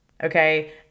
Okay